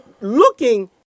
Looking